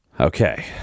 Okay